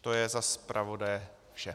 To je za zpravodaje vše.